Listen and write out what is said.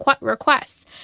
requests